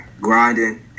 grinding